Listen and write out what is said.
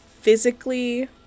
physically